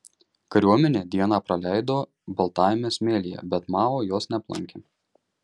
kariuomenė dieną praleido baltajame smėlyje bet mao jos neaplankė